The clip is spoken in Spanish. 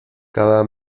cada